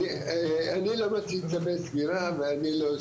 אני לא מוציא צווי סגירה ואני לא,